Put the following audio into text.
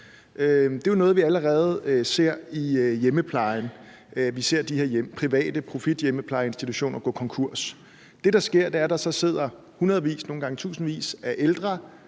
Det er jo noget, vi allerede ser i hjemmeplejen. Vi ser de her private profithjemmeplejeinstitutioner gå konkurs. Det, der så sker, er, at der måske en fredag eftermiddag sidder hundredvis, nogle gange tusindvis, af ældre,